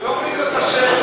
ואיתן ברושי כתומך,